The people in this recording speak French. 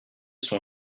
son